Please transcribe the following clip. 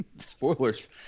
Spoilers